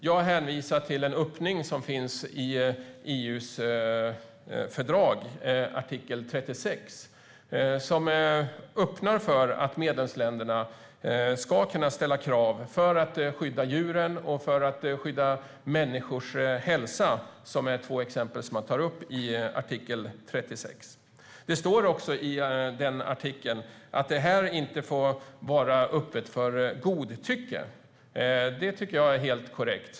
Jag hänvisar till artikel 36 i EU:s fördrag, som öppnar för att medlemsländerna ska kunna ställa krav för att skydda djurs och människors hälsa. Det är två exempel som tas upp i artikeln. I artikel 36 står också att det inte får vara öppet för godtycke, och det tycker jag är helt korrekt.